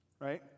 Right